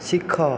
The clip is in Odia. ଶିଖ